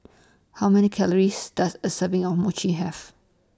How Many Calories Does A Serving of Mochi Have